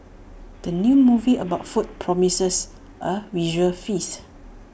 the new movie about food promises A visual feast